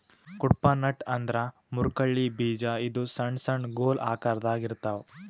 Cuddapah nut ಅಂದ್ರ ಮುರ್ಕಳ್ಳಿ ಬೀಜ ಇದು ಸಣ್ಣ್ ಸಣ್ಣು ಗೊಲ್ ಆಕರದಾಗ್ ಇರ್ತವ್